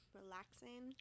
relaxing